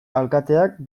alkateak